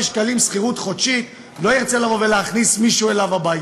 שקלים שכירות חודשית לא ירצה להכניס מישהו הביתה.